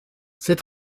c’est